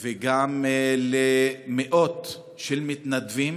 וגם למאות מתנדבים